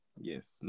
Yes